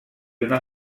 una